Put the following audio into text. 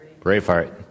Braveheart